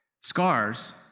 Scars